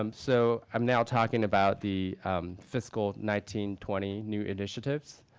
um so i'm now talking about the fiscal nineteen twenty new initiatives.